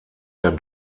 der